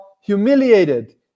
humiliated